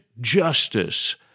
justice